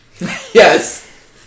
Yes